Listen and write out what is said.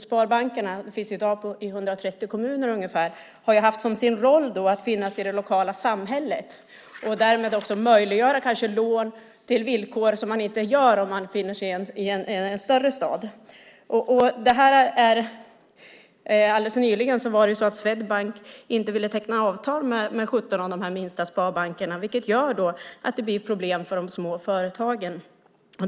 Sparbankerna, som i dag finns i ungefär 130 kommuner, har ju haft som sin roll att finnas i det lokala samhället och därmed att möjliggöra lån på villkor som kanske inte är desamma som i en större stad. Helt nyligen ville Swedbank inte teckna avtal med 17 av de minsta sparbankerna. Det gör att det blir problem för de små företagen.